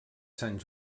sant